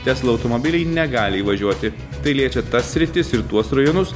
tesla automobiliai negali įvažiuoti tai liečia tas sritis ir tuos rajonus